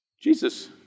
Jesus